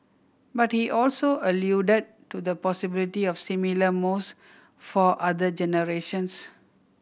but he also alluded to the possibility of similar moves for other generations